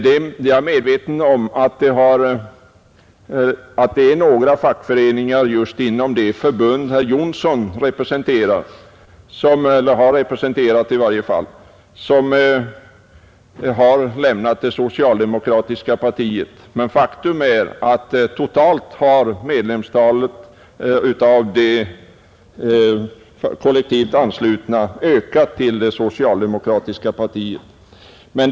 Jag är medveten om att några fackföreningar just inom det förbund herr Jonsson representerar — eller som han har representerat i varje fall — har lämnat det socialdemokratiska partiet. Faktum är dock att antalet kollektivt anslutna till det socialdemokratiska partiet har ökat.